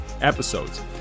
episodes